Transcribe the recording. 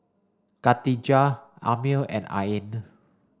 Katijah Ammir and Ain